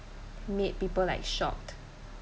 made people like shocked